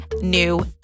new